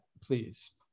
please